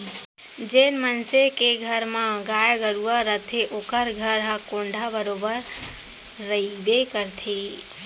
जेन मनसे के घर म गाय गरूवा रथे ओकर घर म कोंढ़ा बरोबर रइबे करथे